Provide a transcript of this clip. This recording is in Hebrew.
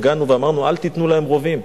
הפגנו ואמרנו: אל תיתנו להם רובים.